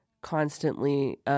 constantly